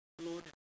Lord